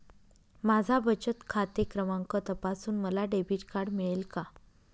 माझा बचत खाते क्रमांक तपासून मला डेबिट कार्ड मिळेल का?